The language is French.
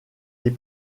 les